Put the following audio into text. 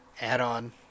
add-on